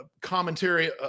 commentary